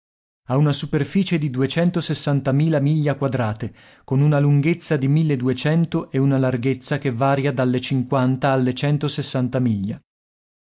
ha una superficie di miglia quadrate con una lunghezza di e una larghezza cha varia dalle alle miglia